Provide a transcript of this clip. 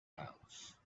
house